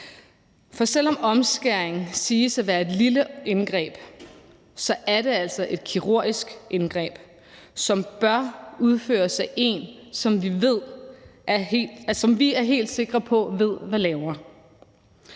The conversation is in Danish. For selv om omskæring siges at være et lille indgreb, er det altså et kirurgisk indgreb, som bør udføres af en, som vi er helt sikre på ved hvad laver.